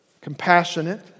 compassionate